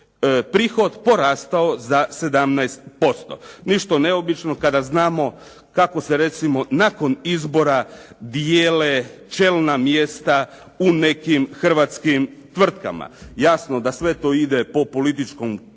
prihod porastao za 17%. Ništa neobično kada znamo kako se recimo nakon izbora dijele čelna mjesta u nekim hrvatskim tvrtkama. Jasno da sve to ide po političkom ključu.